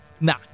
Nah